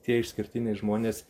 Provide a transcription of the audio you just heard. tie išskirtiniai žmonės